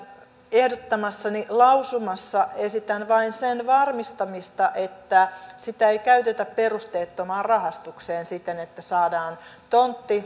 ehdottamassani lausumassa esitän vain sen varmistamista että sitä ei käytetä perusteettomaan rahastukseen siten että saadaan tontti